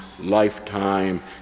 lifetime